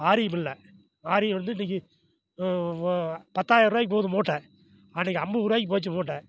ஆரியம்மில்லை ஆரியம் வந்து இன்னைக்கு ப பத்தாயர ரூவாய்க்கு போகுது மூட்டை அன்னைக்கு அம்பது ரூபாய்க்கி போச்சு மூட்டை